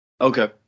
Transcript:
Okay